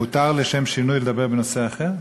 מותר לשם שינוי לדבר בנושא אחר?